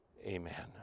amen